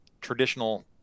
traditional